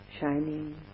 Shining